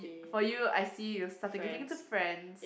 for you I see you're starting getting into Friends